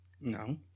No